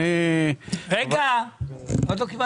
ארז אורעד, אני מציע